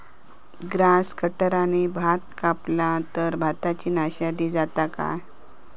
Grass कटराने भात कपला तर भाताची नाशादी जाता काय?